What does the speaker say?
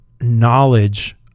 knowledge